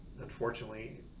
unfortunately